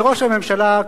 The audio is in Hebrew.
וראש הממשלה,